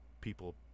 people